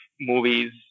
movies